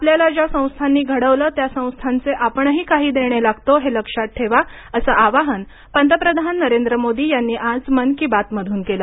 आपल्याला ज्या संस्थांनी घडवलं त्या संस्थांचे आपणही काही देणे लागतो हे लक्षात ठेवा असं आवाहन पंतप्रधान नरेंद्र मोदी यांनी आज मन की बात मधून केलं